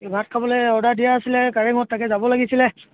এই ভাত খাবলে অৰ্ডাৰ দিয়া